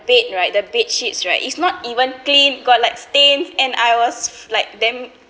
bed right the bed sheets right it's not even clean got like stains and I was like damn